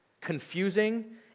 confusing